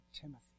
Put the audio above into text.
Timothy